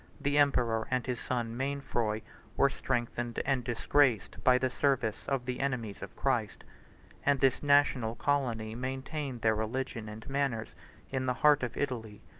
the emperor and his son mainfroy were strengthened and disgraced by the service of the enemies of christ and this national colony maintained their religion and manners in the heart of italy,